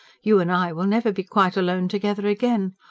you and i will never be quite alone together again.